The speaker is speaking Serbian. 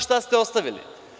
Šta ste ostavili?